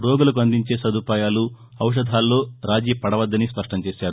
రోగులకు అందించే సదుపాయాలు ఔషధాల్లో రాజీ పడవద్దని స్పష్టం చేశారు